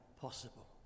possible